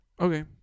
Okay